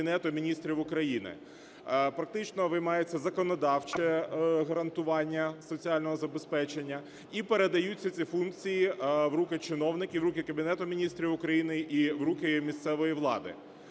Практично виймається законодавче гарантування соціального забезпечення, і передаються ці функції в руки чиновників, в руки Кабінету Міністрів України і в руки місцевої влади.